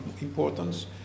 importance